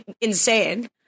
insane